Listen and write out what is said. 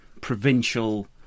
provincial